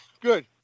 good